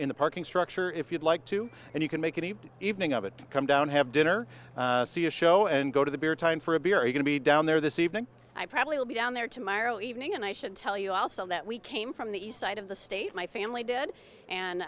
in the parking structure if you'd like to and you can make any evening of it come down have dinner see a show and go to the beer time for a beer are going to be down there this evening i probably will be down there tomorrow evening and i should tell you also that we came from the east side of the state my family did